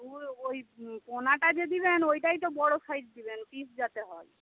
ওই ওই পোনাটা যে দেবেন ওইটাই তো বড়ো সাইজ দেবেন পিস যাতে হয়